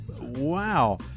Wow